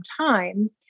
time